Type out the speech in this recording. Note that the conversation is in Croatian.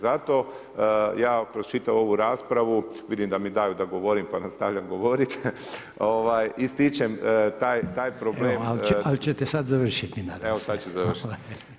Zato ja kroz čitavu ovu raspravu vidim da mi daju da govorim, pa nastavljam govoriti, ističem taj problem [[Upadica Reiner: Ali ćete sad završiti, nadam se.]] Evo sad ću završiti.